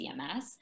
CMS